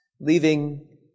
leaving